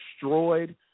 destroyed